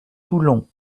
toulon